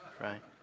Right